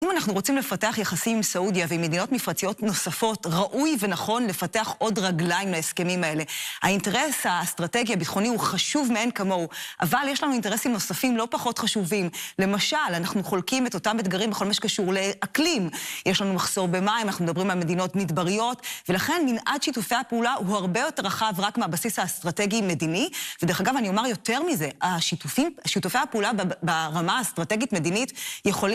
אם אנחנו רוצים לפתח יחסים עם סעודיה ועם מדינות מפרציות נוספות, ראוי ונכון לפתח עוד רגליים להסכמים האלה. האינטרס האסטרטגי-הביטחוני הוא חשוב מעין כמוהו, אבל יש לנו אינטרסים נוספים לא פחות חשובים. למשל, אנחנו חולקים את אותם אתגרים בכל מה שקשור לאקלים. יש לנו מחסור במים, אנחנו מדברים על מדינות מדבריות, ולכן מנעד שיתופי הפעולה הוא הרבה יותר רחב רק מהבסיס האסטרטגי-מדיני, ודרך אגב, אני יאמר יותר מזה, השיתופי הפעולה ברמה האסטרטגית-מדינית יכולים להתפתח.